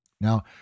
Now